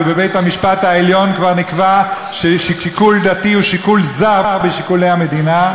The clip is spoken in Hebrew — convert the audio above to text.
ובבית-המשפט העליון כבר נקבע ששיקול דתי הוא שיקול זר בשיקולי המדינה.